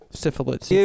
syphilis